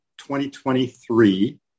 2023